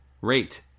rate